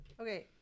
Okay